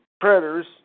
Predators